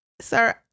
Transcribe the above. sir